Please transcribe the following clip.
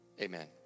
Amen